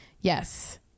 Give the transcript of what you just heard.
yes